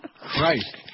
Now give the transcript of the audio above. Christ